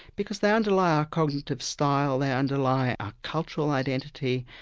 because they underlie our cognitive style, they underlie our cultural identity.